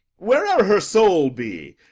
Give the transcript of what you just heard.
where'er her soul be,